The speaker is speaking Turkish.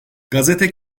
gazete